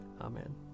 Amen